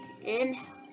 Inhale